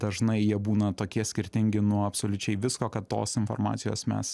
dažnai jie būna tokie skirtingi nuo absoliučiai visko kad tos informacijos mes